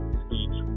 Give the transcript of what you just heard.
speech